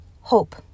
Hope